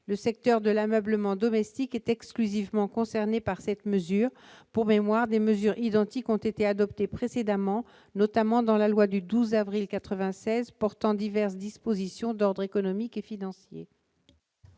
le secteur de l'ameublement domestique est exclusivement concernés par cette mesure pour mémoire des mesures identiques ont été adoptées précédemment, notamment dans la loi du 12 avril 96 portant diverses dispositions d'ordre économique et financier.